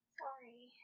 sorry